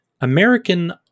American